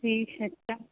ٹھیک ہے تب